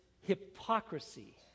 hypocrisy